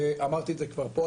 אמרתי את זה כבר פה,